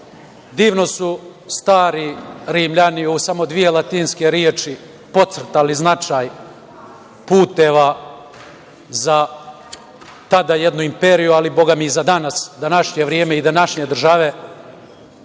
divno su stari Rimljani u samo dve latinske reči podcrtali značaj puteva za tada jednu imperiju, boga i za danas, današnje vreme i današnje države